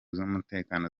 z’umutekano